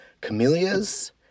Camellias